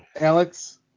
Alex